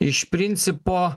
iš principo